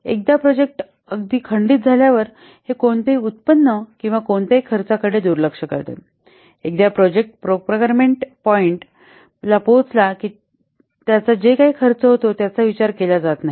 एकदा प्रोजेक्ट अगदी खंडित झाल्यावर हे कोणतेही उत्पन्न किंवा कोणत्याही खर्चाकडे दुर्लक्ष करते एकदा प्रोजेक्ट प्रोकरमेन्ट पॉईंट पोचला की त्याचा जे काही खर्च होतो त्याचा विचार केला जात नाही